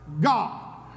god